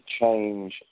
change